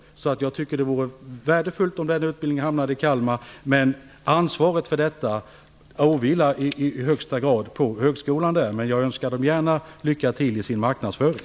Därför vore det värdefullt om den här utbildningen hamnar i Kalmar, men ansvaret för detta ligger i högsta grad på högskolan där. Jag önskar gärna högskolan lycka till med dess marknadsföring.